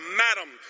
madam